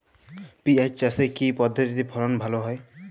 পিঁয়াজ চাষে কি পদ্ধতিতে ফলন ভালো হয়?